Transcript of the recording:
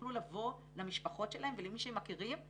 שיוכלו לבוא למשפחות שלהם ולמי שהם מכירים ולומר,